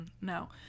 no